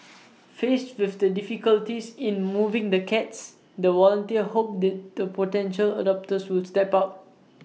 faced with the difficulties in moving the cats the volunteers hope that the potential adopters will step up